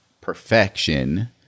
perfection